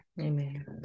Amen